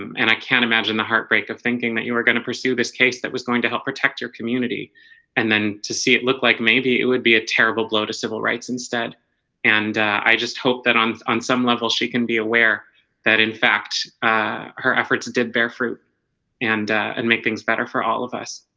um and i can't imagine the heartbreak of thinking that you were going to pursue this case that was going to help protect your community and then to see it look like maybe it would be a terrible blow to civil rights instead and i just hope that on on some level she can be aware that in fact her efforts did bear fruit and and make things better for all of us